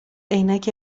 عینک